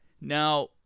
Now